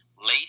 Late